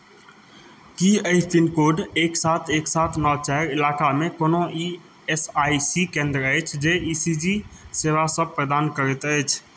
की एहि पिनकोड एक सात एक सात नओ चारि इलाकामे कोनो इ एस आइ सी केन्द्र अछि जे ई सी जी सेवासभ प्रदान करैत अछि